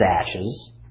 ashes